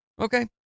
Okay